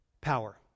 Power